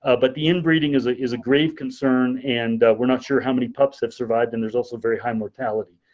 ah but the inbreeding is ah is a grave concern, and we're not sure how many pups have survived and there's also very high mortality.